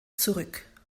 zurück